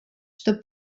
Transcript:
что